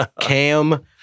Cam